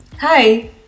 Hi